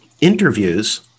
interviews